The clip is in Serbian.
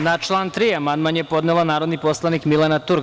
Na član 3. amandman je podnela narodni poslanik Milena Turk.